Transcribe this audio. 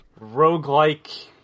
roguelike